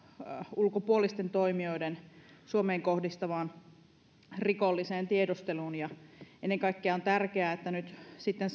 ulkopuolisten toimijoiden suomeen kohdistamaan rikolliseen tiedusteluun ennen kaikkea on tärkeää että nyt sitten